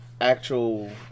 actual